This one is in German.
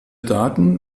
daten